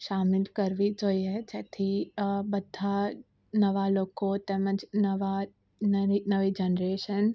શામેલ કરવી જોઈએ જેથી બધા નવા લોકો તેમજ નવા નવી જનરેસન